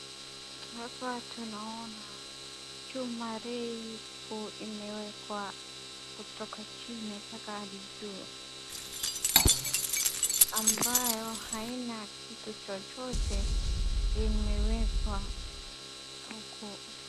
Hapa tunaona chu,a refu imewekwa kutoka chini mpaka hadi juu, ambayo haina kitu chochote, imewekwa huku..